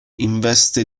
investe